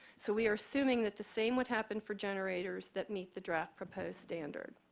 so, we are assuming that the same would happen for generators that meet the draft proposed standard.